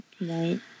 Right